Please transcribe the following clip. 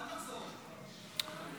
כבר אמרת ב-2006, אל תחזור על זה.